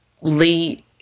Lee